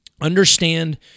understand